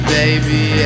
baby